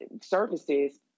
services